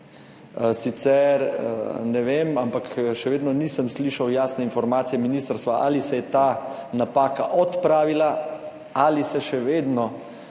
Sicer ne vem, ampak še vedno nisem slišal jasne informacije ministrstva, ali se je ta napaka odpravila, ali se še vedno